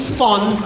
fun